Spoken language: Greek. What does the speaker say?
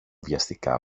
βιαστικά